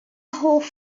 hoff